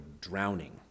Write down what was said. drowning